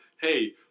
hey